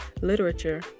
literature